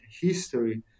history